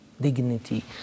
dignity